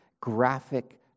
graphic